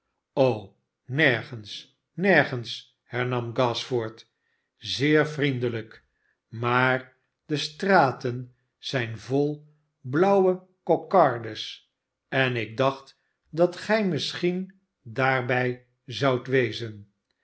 o nergens nergens hernam gashford zeer vriende lijk s maar de straten zijn vol blauwe kokardes en ik dacht dat gij misschien daarbij zoudt wezen